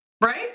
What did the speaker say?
Right